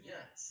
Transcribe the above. Yes